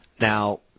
now